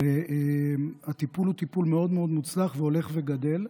הטיפול הוא מאוד מוצלח והולך וגדל.